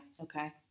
Okay